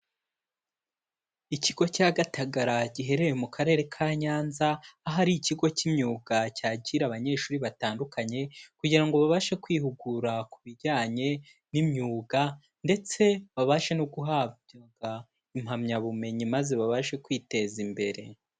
Ikigo cya Gatagara giherereye mu karere ka Nyanza, aho ari ikigo cy'imyuga cyakira abanyeshuri batandukanye kugira ngo babashe kwihugura ku bijyanye n'imyuga, ndetse babashe no guhabwabwa impamyabumenyi maze babashe kwiteza imbere.